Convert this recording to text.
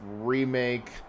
remake